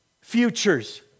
futures